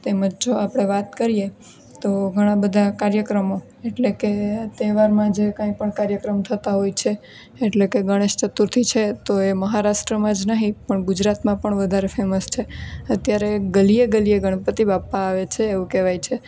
તેમજ જો આપણે વાત કરીએ તો ઘણા બધા કાર્યક્રમો એટલે કે તહેવારમાં જે કાંઈ પણ કાર્યક્રમ થતા હોય છે એટલે કે ગણેશ ચતુર્થી છે તો એ મહારાષ્ટ્રમાં જ નહીં પરંતુ ગુજરાતમાં પણ વધારે ફેમસ છે અત્યારે ગલીએ ગલીએ ગણપતિ બાપ્પા આવે છે એવું કહેવાય છે